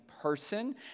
person